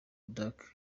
barks